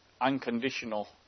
unconditional